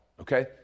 okay